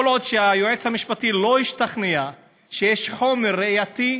כל עוד היועץ המשפטי לא השתכנע שיש חומר ראייתי,